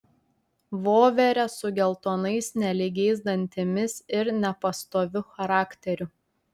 voverę su geltonais nelygiais dantimis ir nepastoviu charakteriu